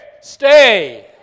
Stay